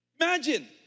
Imagine